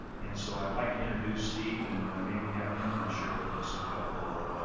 and so i'd like to introduce steve, and maybe have him share with us a couple of,